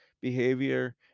behavior